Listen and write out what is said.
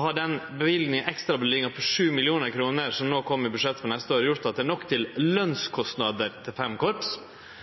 har den ekstraløyvinga på 7 mill. kr som no kjem i budsjettet for neste år, gjort at det